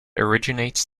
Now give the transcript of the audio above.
originates